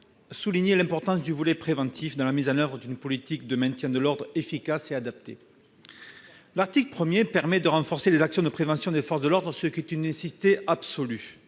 souligner l'importance du volet préventif pour la mise en oeuvre d'une politique de maintien de l'ordre efficace et adaptée. L'article 1 permet de renforcer les actions de prévention des forces de l'ordre, ce qui est une nécessité absolue.